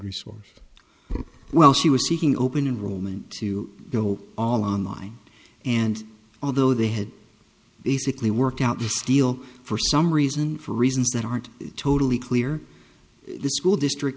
resource well she was seeking open enrollment to go all online and although they had basically worked out this deal for some reason for reasons that aren't totally clear the school district